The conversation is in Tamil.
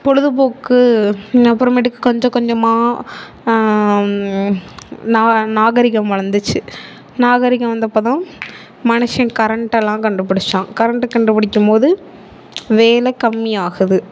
பொழுதுபோக்கு அப்புறமேட்டுக்கு கொஞ்சம் கொஞ்சமாக நா நாகரிகம் வளர்ந்துச்சி நாகரிகம் வந்தப்போதான் மனுஷன் கரண்ட்டெல்லாம் கண்டுபிடிச்சான் கரண்டு கண்டுபிடிக்கும் போது வேலை கம்மியாகுது